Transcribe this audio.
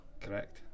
Correct